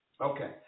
Okay